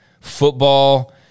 football –